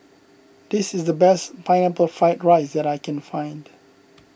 this is the best Pineapple Fried Rice that I can find